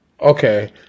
okay